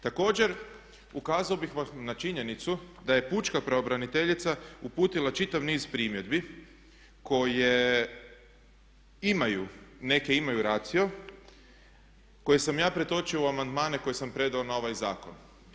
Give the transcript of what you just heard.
Također, ukazao bih vam na činjenicu da je pučka pravobraniteljica uputila čitav niz primjedbi koje imaju neke imaju racio koje sam ja pretočio u amandmane koje sam predao na ovaj zakon.